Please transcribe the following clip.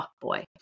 boy